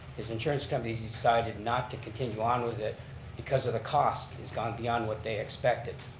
his insurance company decided not to continue on with it because of the cost has gone beyond what they expected.